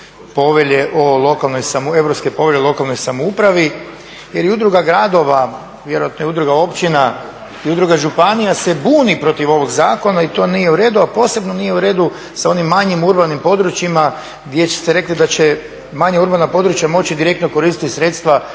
povelje o lokalnoj samoupravi jer i Udruga gradova, vjerojatno i Udruga općina i Udruga županija se buni protiv ovog zakona i to nije uredu, a posebno nije uredu sa onim manjim urbanim područjima gdje ste rekli da će manja urbana područja moći direktno koristiti sredstva